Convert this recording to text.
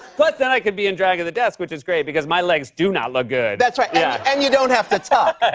but then, i could be in drag at the desk, which is great because my legs do not look good. that's right, yeah and you don't have to talk.